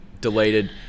deleted